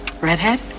redhead